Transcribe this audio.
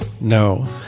No